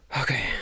Okay